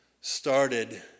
started